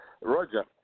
Roger